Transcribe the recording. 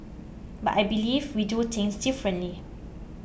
but I believe we do things differently